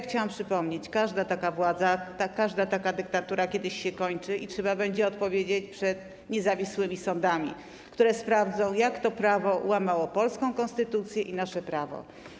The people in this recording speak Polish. Chciałabym przypomnieć, że każda taka władza, każda taka dyktatura kiedyś się kończy i trzeba będzie odpowiedzieć przed niezawisłymi sądami, które sprawdzą, jak ta ustawa łamała polską konstytucję i nasze prawo.